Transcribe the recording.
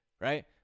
right